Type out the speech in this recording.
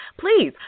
Please